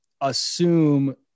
assume